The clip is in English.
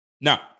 Now